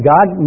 God